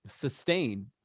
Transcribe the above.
sustain